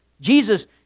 Jesus